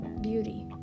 beauty